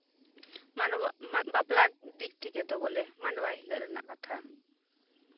ᱢᱟᱰᱣᱟ ᱵᱟᱯᱞᱟ ᱫᱤᱠ ᱛᱷᱮᱠᱮ ᱫᱚ ᱵᱚᱞᱮ ᱢᱟᱰᱣᱟᱭ ᱦᱤᱞᱳᱜ ᱨᱮᱭᱟᱜ ᱠᱟᱛᱷᱟ